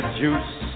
juice